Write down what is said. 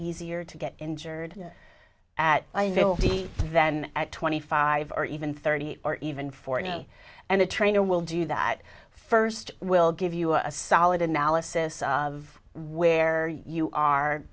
easier to get injured at than twenty five or even thirty or even for any and the trainer will do that first we'll give you a solid analysis of where you are